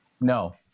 No